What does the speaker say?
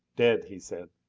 dead, he said.